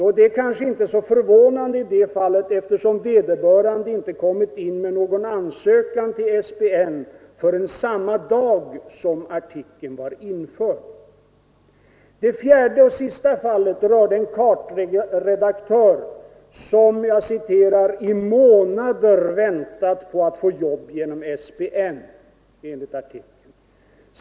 Och det är kanske inte så förvånande i det fallet, eftersom vederbörande inte kommit in med någon ansökan till SPN förrän samma dag som artikeln var införd. Det fjärde och sista fallet rörde en kartredaktör som ”i månader väntat på att få jobb genom SPN” enligt artikeln.